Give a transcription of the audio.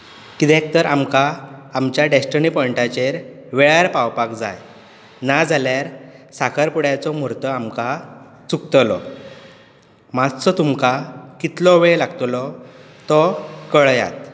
किद्याक तर आमकां आमच्या डेस्टनी पॉयंटाचेर वेळार पावपाक जाय ना जाल्यार साखरपुड्याचो मुर्त आमकां चुकतलो मातसो तुमकां कितलो वेळ लागतलो तो कळयात